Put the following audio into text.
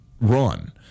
run